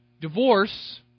Divorce